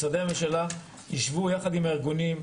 משרדי הממשלה יישבו יחד עם הארגונים,